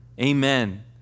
Amen